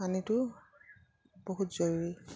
পানীটো বহুত জৰুৰী